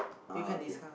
ah okay